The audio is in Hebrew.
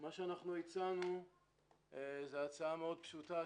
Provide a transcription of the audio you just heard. מה שהצענו זה הצעה פשוטה,